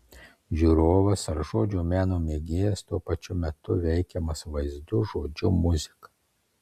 žiūrovas ar žodžio meno mėgėjas tuo pačiu metu veikiamas vaizdu žodžiu muzika